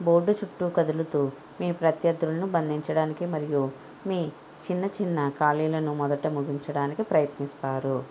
board చుట్టూ కదులుతూ మీ ప్రత్యర్థులను బంధించడానికి మరియు మీ చిన్న చిన్న ఖాళీలను మొదట ముగించడానికి ప్రయత్నిస్తారు